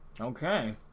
Okay